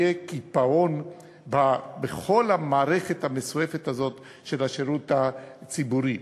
יהיה קיפאון בכל המערכת המסועפת הזאת של השירות הציבורי.